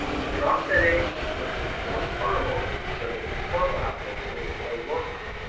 she drops that egg and she puts ah one sperm on it. so that'll be fertilized, it'll turn into a worker.